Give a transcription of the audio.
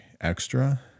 extra